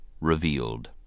revealed